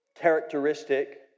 characteristic